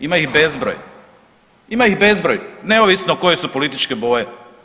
Ima ih bezbroj, ima ih bezbroj, neovisno koje su političke boje.